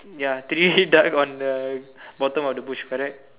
ya three duck on the bottom of the bush correct